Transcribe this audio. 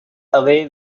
away